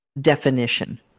definition